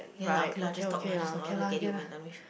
ya lah okay lah just talk lah just talk louder get it over and done with